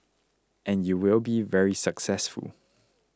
and you will be very successful